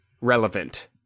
relevant